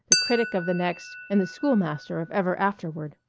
the critic of the next, and the schoolmaster of ever afterward.